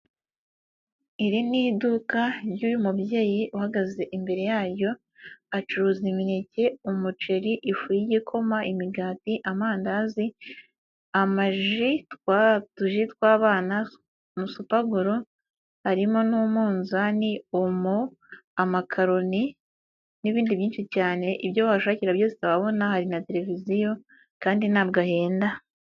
Iri ni iduka ry'uyu mubyeyi uhagaze imbere yaryo acuruza imineke, umuceri, ifu y'igikoma, imigati, amandazi, amaji, twa tuji tw'abana, supaguru arimo n'umuzani, omo, amakaroni n'ibindi byinshi cyane ibyo wahashakira byose wabona hari na televiziyo kandi ntabwo ahenda.